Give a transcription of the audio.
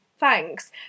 thanks